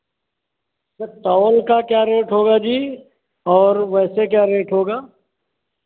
तो तौल का क्या रेट होगा जी और वैसे क्या रेट होगा